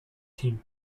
team